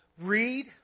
read